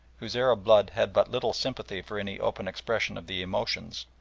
whose arab blood had but little sympathy for any open expression of the emotions,